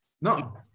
no